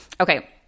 Okay